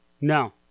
No